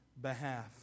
behalf